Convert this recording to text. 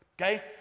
Okay